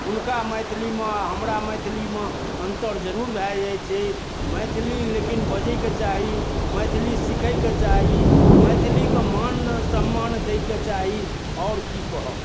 हुनका मैथिलीमे आ हमरा मैथिलीमे अन्तर जरूर भए जाइत छै मैथिली लेकिन बजैयके चाही मैथिली सीखयके चाही मैथिलीके मान सम्मान दयके चाही आओर की कहब